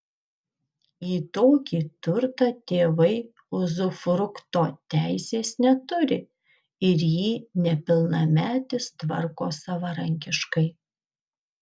į tokį turtą tėvai uzufrukto teisės neturi ir jį nepilnametis tvarko savarankiškai